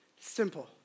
Simple